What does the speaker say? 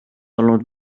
olnud